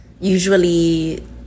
usually